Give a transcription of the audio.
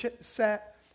set